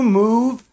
move